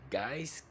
guys